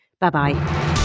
Bye-bye